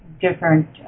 different